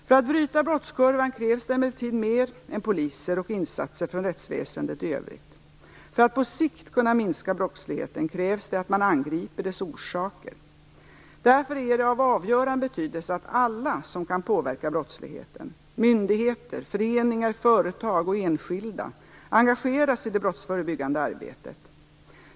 För att bryta brottskurvan krävs det emellertid mer än poliser och insatser från rättsväsendet i övrigt. För att på sikt kunna minska brottsligheten krävs det att man angriper dess orsaker. Därför är det av avgörande betydelse att alla som kan påverka brottsligheten - myndigheter, föreningar, företag och enskilda - engageras i det brottsförebyggande arbetet.